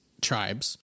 tribes